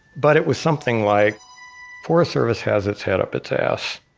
but it was something like forest service has its head up its ass.